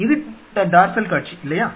இது டார்சல் காட்சி இல்லையா